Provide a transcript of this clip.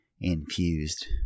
infused